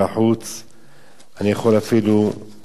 אני יכול אפילו לנקוב בשמות,